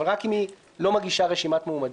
אבל רק אם היא לא מגישה רשימת מועמדים.